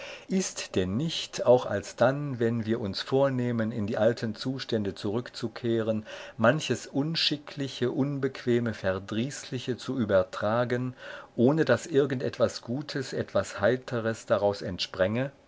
ist denn nicht auch alsdann wenn wir uns vornehmen in die alten zustände zurückzukehren manches unschickliche unbequeme verdrießliche zu übertragen ohne daß irgend etwas gutes etwas heiteres daraus entspränge